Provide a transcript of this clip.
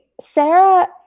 Sarah